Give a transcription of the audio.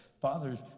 Fathers